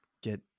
get